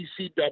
ECW